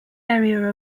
area